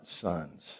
sons